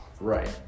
Right